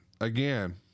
again